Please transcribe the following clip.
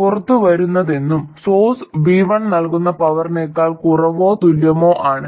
പുറത്തുവരുന്നതെന്തും source v1 നൽകുന്ന പവറിനേക്കാൾ കുറവോ തുല്യമോ ആണ്